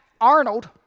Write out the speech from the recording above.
Arnold